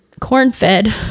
cornfed